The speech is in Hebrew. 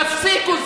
תפסיקו.